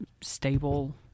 stable